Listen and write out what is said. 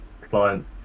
client